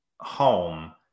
home